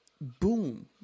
boom